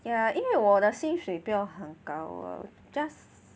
ya 因为我的薪水不用很高 lah just